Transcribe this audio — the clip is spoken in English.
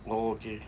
oh okay